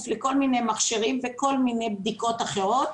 לכל מיני מכשירים וכל מיני בדיקות אחרות,